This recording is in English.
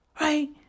Right